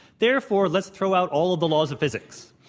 therefore let's throw out all of the laws of physics.